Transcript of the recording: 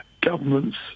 governments